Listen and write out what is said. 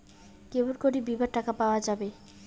কেমন করি বীমার টাকা পাওয়া যাবে?